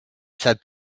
said